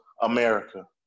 America